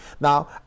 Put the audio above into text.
Now